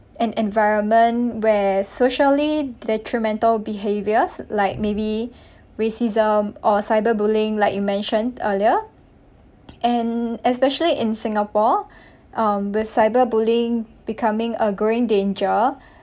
an environment where socially detrimental behaviours like maybe racism or cyberbullying like you mentioned earlier and especially in singapore um the cyberbullying becoming a growing danger